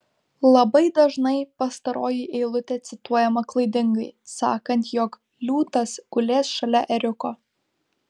labai dažnai pastaroji eilutė cituojama klaidingai sakant jog liūtas gulės šalia ėriuko